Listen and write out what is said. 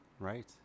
Right